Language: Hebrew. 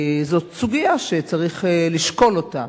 זאת סוגיה שצריך לשקול אותה,